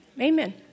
Amen